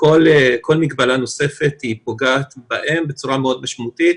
וכל מגבלה נוספת פוגעת בהם צורה מאוד משמעותית.